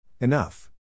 Enough